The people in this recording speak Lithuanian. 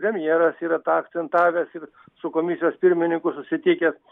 premjeras yra tą akcentavęs ir su komisijos pirmininku susitikę